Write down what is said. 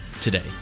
today